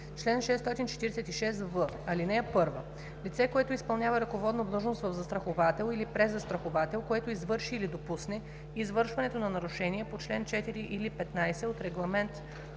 Чл. 646в. (1) Лице, което изпълнява ръководна длъжност в застраховател или презастраховател, което извърши или допусне извършването на нарушение на чл. 4 или 15 от Регламент